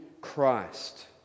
Christ